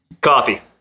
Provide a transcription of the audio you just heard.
Coffee